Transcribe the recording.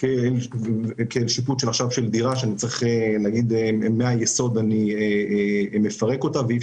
כאל שיפוץ של דירה שמהיסוד צריך לפרק אותה ואי